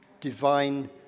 divine